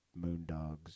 Moondogs